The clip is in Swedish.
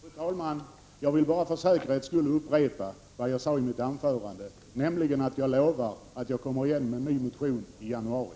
Fru talman! Jag vill för säkerhets skull upprepa det jag sade i mitt anförande, nämligen att jag lovar att komma igen med en ny motion i januari.